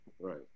Right